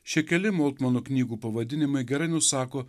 šie keli moltmano knygų pavadinimai gerai nusako